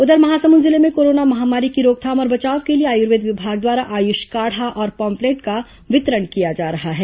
उधर महासमुंद जिले में कोरोना महामारी की रोकथाम और बचाव के लिए आयुर्वेद विभाग द्वारा आयुष काढ़ा और पॉम्पलेट का वितरण किया जा रहा है